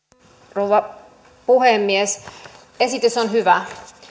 rouva puhemies esitys on hyvä